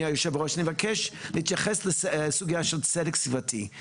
היושב ראש אני מבקש להתייחס לסוגייה של צדק סביבתי,